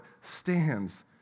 stands